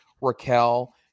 Raquel